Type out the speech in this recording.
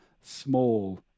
small